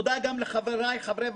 חבר הכנסת רוברט אילטוב,